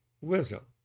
wisdom